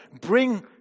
bring